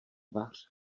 vař